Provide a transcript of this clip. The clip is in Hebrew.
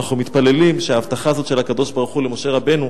ואנחנו מתפללים שההבטחה הזאת של הקדוש-ברוך-הוא למשה רבנו,